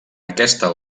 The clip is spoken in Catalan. aquesta